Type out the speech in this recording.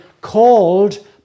called